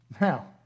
Now